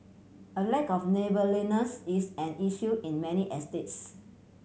a lack of neighbourliness is an issue in many estates